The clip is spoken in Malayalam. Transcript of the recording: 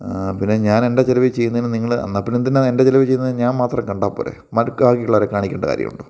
പിന്നെ ഞാൻ എന്റെ ചിലവിൽ ചെയ്യുന്നതിന് നിങ്ങൾ എന്നാൽ പിന്നെ എന്തിനാണ് എന്റെ ചെലവിൽ ചെയ്യുന്നത് ഞാൻ മാത്രം കണ്ടാൽ പോരെ മട്ക്കായിയുള്ളവരെ കാണി ക്കേണ്ട കാര്യമുണ്ടോ